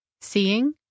Seeing